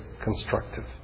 constructive